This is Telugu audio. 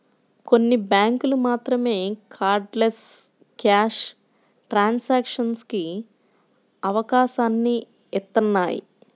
కొన్ని బ్యేంకులు మాత్రమే కార్డ్లెస్ క్యాష్ ట్రాన్సాక్షన్స్ కి అవకాశాన్ని ఇత్తన్నాయి